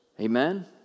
Amen